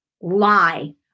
lie